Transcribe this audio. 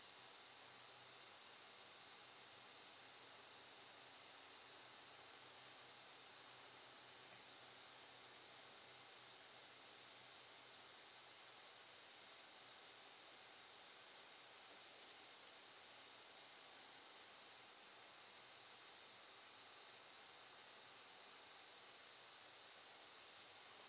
luh